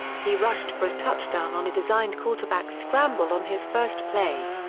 he rushed for a touchdown on a designed quarterback scramble on his first play.